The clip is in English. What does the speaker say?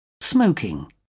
smoking